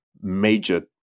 major